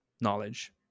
knowledge